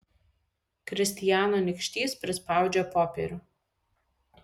kristijano nykštys prispaudžia popierių